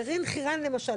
גרעין חירן למשל,